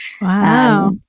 Wow